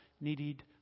needed